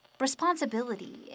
responsibility